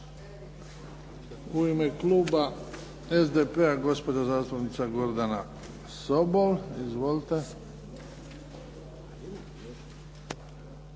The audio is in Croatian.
U ime kluba SDP-a gospođa zastupnica Gordana Sobol. Izvolite.